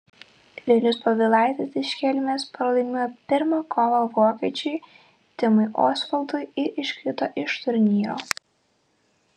vilius povilaitis iš kelmės pralaimėjo pirmą kovą vokiečiui timui osvaldui ir iškrito iš turnyro